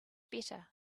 better